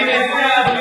אני מציע,